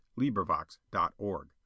LibriVox.org